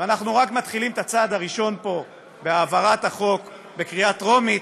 ואנחנו רק מתחילים את הצעד הראשון פה בהעברת החוק בקריאה טרומית.